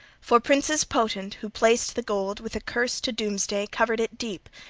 for princes potent, who placed the gold, with a curse to doomsday covered it deep,